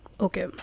Okay